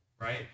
Right